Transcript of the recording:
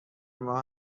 ماه